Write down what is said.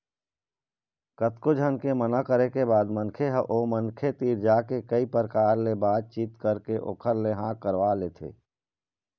कतको झन के मना करे के बाद मनखे ह ओ मनखे तीर जाके कई परकार ले बात चीत करके ओखर ले हाँ करवा लेथे